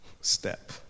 step